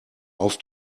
auf